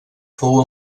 fou